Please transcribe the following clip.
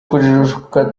kujijuka